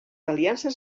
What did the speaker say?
aliances